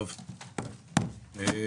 בבקשה.